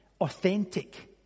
authentic